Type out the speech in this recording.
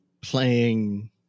playing